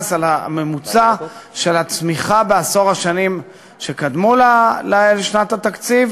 על הממוצע של הצמיחה בעשר השנים שקדמו לשנת התקציב